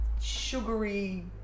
sugary